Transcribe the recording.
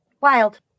Wild